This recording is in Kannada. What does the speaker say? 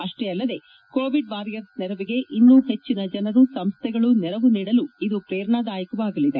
ಅಷ್ಸೇ ಅಲ್ಲದೆ ಕೋವಿಡ್ ವಾರಿಯರ್ಲ್ ನೆರವಿಗೆ ಇನ್ನೂ ಹೆಚ್ಚಿನ ಜನರು ಸಂಸ್ವೆಗಳು ನೆರವು ನೀಡಲು ಇದು ಶ್ರೇರಣಾದಾಯಕವಾಗಲಿದೆ